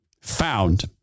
found